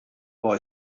boy